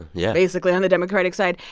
yeah. basically on the democratic side.